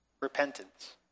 repentance